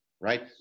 right